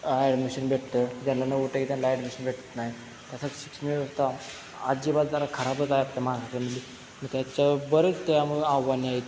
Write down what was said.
admission मिळतं ज्यांना नव्वद टक्के त्यांना ॲडमिशन मिळत नाही तसंच शिक्षण व्यवस्था अजिबात जरा खराबच आहेत त्या महागली मग त्याच्या बरेच त्यामुळे आव्हाने आहेत